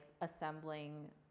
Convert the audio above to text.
assembling